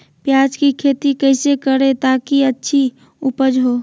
प्याज की खेती कैसे करें ताकि अच्छी उपज हो?